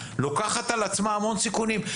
לוקחת על עצמה המון סיכונים,